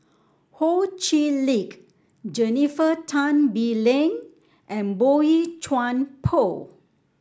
Ho Chee Lick Jennifer Tan Bee Leng and Boey Chuan Poh